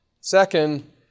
Second